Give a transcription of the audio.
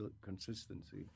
consistency